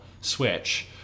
switch